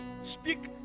Speak